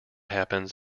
happens